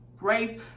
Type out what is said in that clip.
race